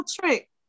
trick